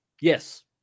Yes